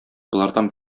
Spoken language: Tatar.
болардан